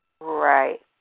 Right